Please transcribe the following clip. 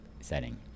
setting